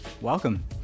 Welcome